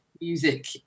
music